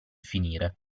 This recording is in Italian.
finire